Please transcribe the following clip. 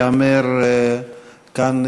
ייאמר כאן,